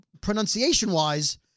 pronunciation-wise